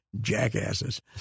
jackasses